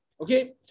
Okay